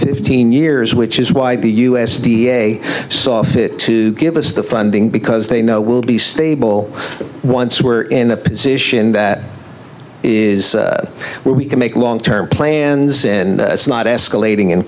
fifteen years which is why the u s d a saw fit to give us the funding because they know will be stable once we're in a position that is where we can make long term plans and it's not escalating and